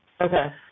Okay